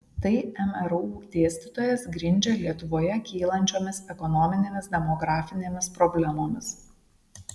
tai mru dėstytojas grindžia lietuvoje kylančiomis ekonominėmis demografinėmis problemomis